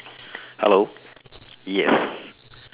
hello yes